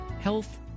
health